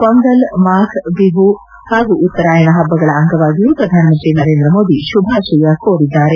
ಪೊಂಗಲ್ ಮಾಫ್ ಬಿಹು ಹಾಗೂ ಉತ್ತರಾಯಣ ಹಬ್ಬಗಳ ಅಂಗವಾಗಿಯೂ ಪ್ರಧಾನಮಂತ್ರಿ ನರೇಂದ್ರ ಮೋದಿ ಶುಭಾಶಯ ಕೋರಿದ್ದಾರೆ